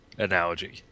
analogy